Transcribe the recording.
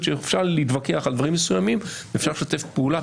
כאשר אפשר להתווכח על דברים מסוימים ואפשר לשתף פעולה.